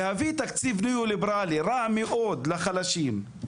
להביא תקציב ניהול ניאו ליברלי רע מאוד לחלשים,